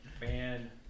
Man